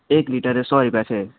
એક લિટરે સો રૂપિયા છે